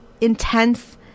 intense